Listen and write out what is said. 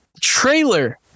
trailer